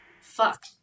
fuck